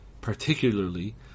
particularly